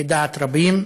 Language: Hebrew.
לדעת רבים,